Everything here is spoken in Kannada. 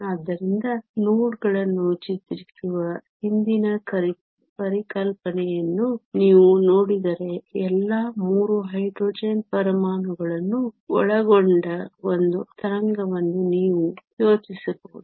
ಆದ್ದರಿಂದ ನೋಡ್ಗಳನ್ನು ಚಿತ್ರಿಸುವ ಹಿಂದಿನ ಪರಿಕಲ್ಪನೆಯನ್ನು ನೀವು ನೋಡಿದರೆ ಎಲ್ಲಾ 3 ಹೈಡ್ರೋಜನ್ ಪರಮಾಣುಗಳನ್ನು ಒಳಗೊಂಡ ಒಂದು ತರಂಗವನ್ನು ನೀವು ಯೋಚಿಸಬಹುದು